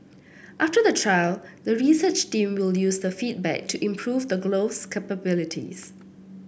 after the trial the research team will use the feedback to improve the glove's capabilities